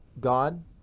God